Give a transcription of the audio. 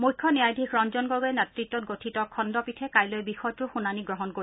মুখ্য ন্যায়াধীশ ৰঞ্জন গগৈৰ নেতত্বত গঠিত খণ্ডপীঠে কাইলৈ বিষয়টোৰ শুনানি গ্ৰহণ কৰিব